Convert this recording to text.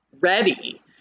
ready